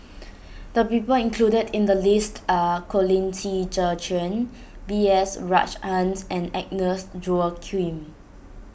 the people included in the list are Colin Qi Zhe Quan B S Rajhans and Agnes Joaquim